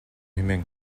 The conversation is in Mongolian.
хэмээн